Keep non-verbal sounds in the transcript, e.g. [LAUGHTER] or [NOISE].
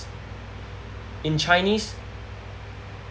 [NOISE] in chinese